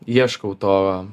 ieškau to